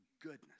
goodness